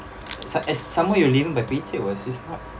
s~ as some more you're living by